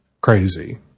crazy